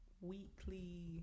weekly